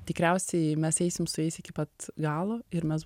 tikriausiai mes eisim su jais iki pat galo ir mes